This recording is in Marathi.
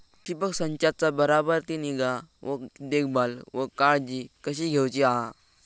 ठिबक संचाचा बराबर ती निगा व देखभाल व काळजी कशी घेऊची हा?